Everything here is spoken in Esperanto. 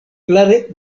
klare